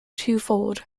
twofold